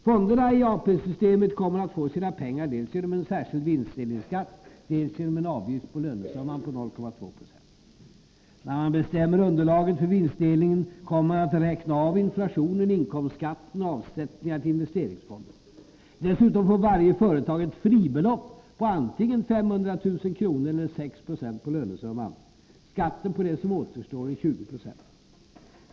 Fonderna i AP-systemet kommer att få sina pengar dels genom en särskild vinstdelningsskatt, dels genom en avgift på lönesumman på 0,2 20. När man bestämmer underlaget för vinstdelningen kommer man att räkna av inflationen, inkomstskatten och avsättningar till investeringsfonder. Dessutom får varje företag ett fribelopp på antingen 500 000 kr. eller 6 26 på lönesumman. Skatten på det som återstår är 20 90.